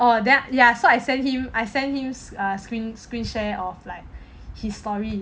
oh then ya so I sent him I send ah screen screen share of like history